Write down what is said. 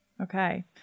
Okay